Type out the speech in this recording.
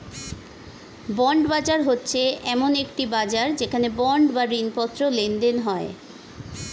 bond বাজার হচ্ছে এমন একটি বাজার যেখানে বন্ড বা ঋণপত্র লেনদেন হয়